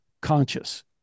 conscious